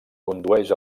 condueix